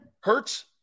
hurts